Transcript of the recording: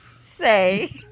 say